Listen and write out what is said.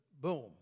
boom